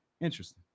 Interesting